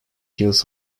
hills